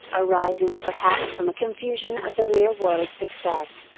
arising perhaps from a confusion of the mere word success,